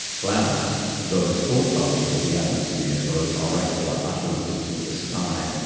clouds, those thought bubbles of the atmosphere, those oracular utterances of the sky,